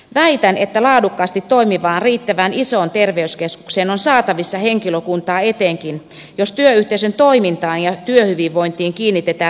väitän että laadukkaasti toimivaan riittävän isoon terveyskeskukseen on saatavissa henkilökuntaa etenkin jos työyhteisön toimintaan ja työhyvinvointiin kiinnitetään riittävästi huomiota